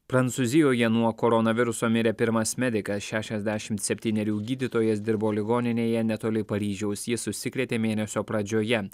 prancūzijoje nuo koronaviruso mirė pirmas medikas šešiasdešimt septynerių gydytojas dirbo ligoninėje netoli paryžiaus jis užsikrėtė mėnesio pradžioje